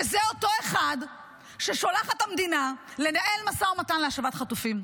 וזה אותו אחד ששולחת המדינה לנהל משא ומתן להשבת חטופים.